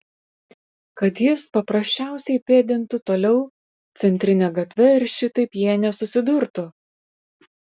kad jis paprasčiausiai pėdintų toliau centrine gatve ir šitaip jie nesusidurtų